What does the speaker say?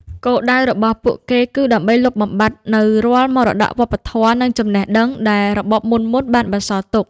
គោលដៅរបស់ពួកគេគឺដើម្បីលុបបំបាត់នូវរាល់មរតកវប្បធម៌ និងចំណេះដឹងដែលរបបមុនៗបានបន្សល់ទុក។